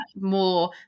more